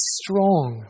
strong